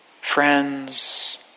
friends